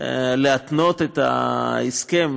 להתנות את ההסכם,